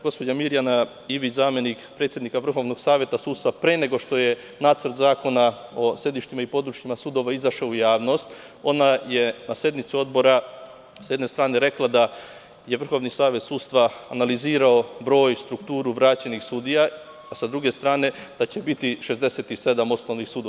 Gospođa Mirjana Ivić, zamenik predsednika Vrhovnog saveta sudstva, pre nego što je nacrt zakona o sedištima i područjima sudova izašao u javnost, je na sednici odbora sa jedne strane rekla da je Vrhovni savet sudstva analizirao broj i strukturu vraćenih sudija, a sa druge strane da će biti 67 osnovnih sudova.